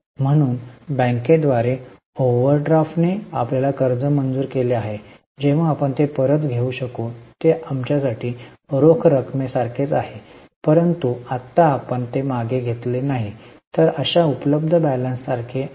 म्हणून बॅंकेद्वारे ओव्हरड्राफ्टने आपल्याला कर्ज मंजूर केले आहे जेव्हा आपण ते परत घेऊ शकू ते आमच्यासाठी रोख रकमेसारखेच आहे परंतु आत्ता आपण ते मागे घेतले नाही तर अशा उपलब्ध बॅलेन्ससारखे आहेत